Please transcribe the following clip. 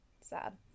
sad